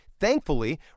Thankfully